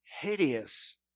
Hideous